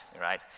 right